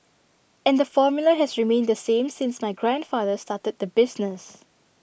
and the formula has remained the same since my grandfather started the business